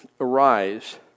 arise